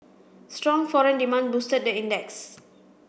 strong foreign demand boosted the index